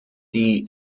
die